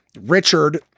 Richard